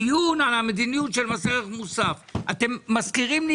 הדיון על המדיניות של מס ערך מוסף אתם מזכירים לי